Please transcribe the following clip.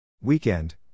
Weekend